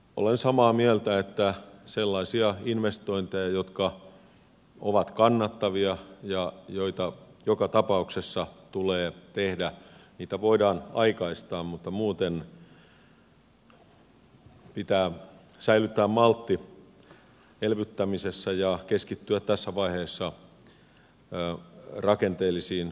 olen samaa mieltä että sellaisia investointeja jotka ovat kannattavia ja joita joka tapauksessa tulee tehdä voidaan aikaistaa mutta muuten pitää säilyttää maltti elvyttämisessä ja keskittyä tässä vaiheessa rakenteellisiin uudistuksiin